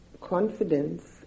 confidence